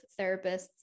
therapists